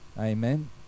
Amen